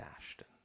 Ashton